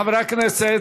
חברי הכנסת,